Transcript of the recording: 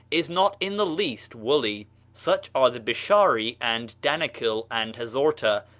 is not in the least woolly. such are the bishari and danekil and hazorta,